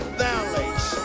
valleys